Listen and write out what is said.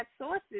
sources